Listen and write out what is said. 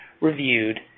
reviewed